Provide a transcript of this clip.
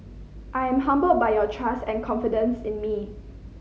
I am humbled by your trust and confidence in me